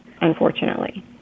unfortunately